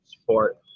support